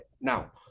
Now